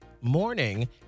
morning